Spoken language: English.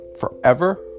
forever